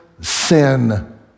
sin